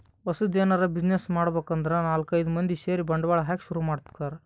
ಹೊಸದ್ ಎನರೆ ಬ್ಯುಸಿನೆಸ್ ಮಾಡ್ಬೇಕ್ ಅಂದ್ರ ನಾಲ್ಕ್ ಐದ್ ಮಂದಿ ಸೇರಿ ಬಂಡವಾಳ ಹಾಕಿ ಶುರು ಮಾಡ್ಕೊತಾರ್